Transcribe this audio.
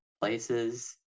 places